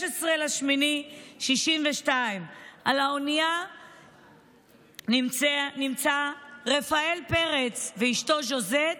16 באוגוסט 1962. על האונייה נמצא רפאל פרץ ואשתו ז'וזט,